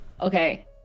okay